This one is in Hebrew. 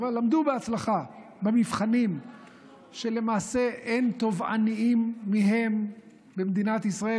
אבל עמדו בהצלחה במבחנים שלמעשה אין תובעניים מהם במדינת ישראל,